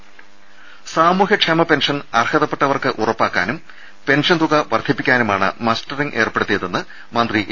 ള്ള്ള്ള് സാമൂഹികക്ഷേമ പെൻഷൻ അർഹതപ്പെട്ടവർക്ക് ഉറപ്പാക്കാനും പെൻ ഷൻ തുക വർദ്ധിപ്പിക്കാനുമാണ് മസ്റ്ററിങ് ഏർപ്പെടുത്തിയതെന്ന് മന്ത്രി എ